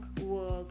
work